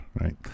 right